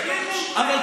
אשר, הכריחו אתכם.